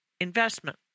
investment